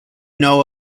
know